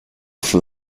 from